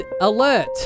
Alert